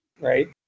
right